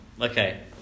Okay